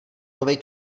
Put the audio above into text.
novej